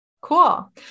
Cool